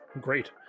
Great